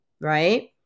right